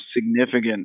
significant